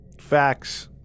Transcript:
Facts